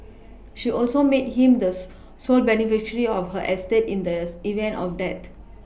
she also made him the sole beneficiary of her estate in the event of dead